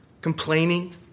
Complaining